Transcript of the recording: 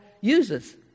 uses